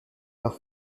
par